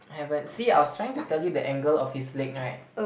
haven't see I was trying to tell you the angle of his leg right